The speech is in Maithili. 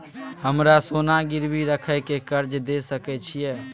हमरा सोना गिरवी रखय के कर्ज दै सकै छिए?